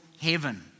heaven